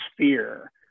sphere